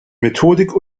methodik